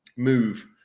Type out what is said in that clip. move